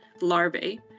larvae